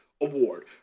Award